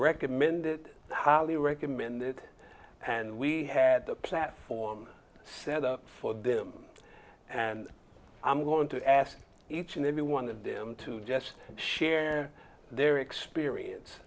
recommended highly recommended and we had the platform set up for them and i'm going to ask each and every one of them to just share their experience